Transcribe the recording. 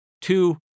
two